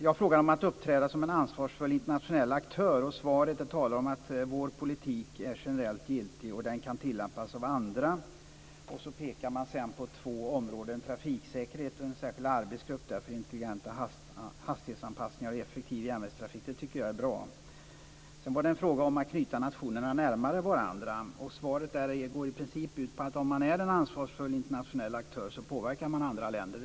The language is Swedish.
Jag frågade om att uppträda som en ansvarsfull internationell aktör. Svaret talar om att vår politik är generellt giltig, och den kan tillämpas av andra. Man pekar på två områden, trafiksäkerheten och en särskild arbetsgrupp för intelligenta hastighetsanpassningar och effektiv järnvägstrafik. Det tycker jag är bra. Sedan var det en fråga om att knyta nationerna närmare varandra. Svaret går i princip ut på att om man är en ansvarsfull internationell aktör påverkar man andra länder.